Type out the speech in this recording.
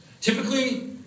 Typically